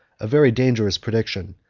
a very dangerous prediction,